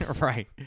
Right